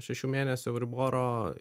šešių mėnesių euriboro